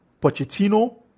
Pochettino